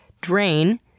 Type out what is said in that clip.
Drain